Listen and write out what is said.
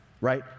right